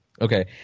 Okay